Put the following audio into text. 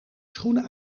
schoenen